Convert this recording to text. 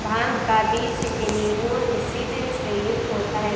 भांग का बीज amino acid से युक्त होता है